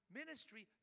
ministry